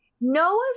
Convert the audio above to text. Noah's